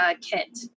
kit